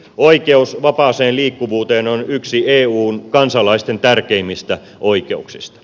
oikeus vapaaseen liikkuvuuteen on yksi eun kansalaisten tärkeimmistä oikeuksista